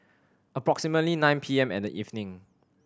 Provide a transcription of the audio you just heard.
approximately nine P M in the evening